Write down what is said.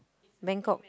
Bangkok